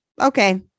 okay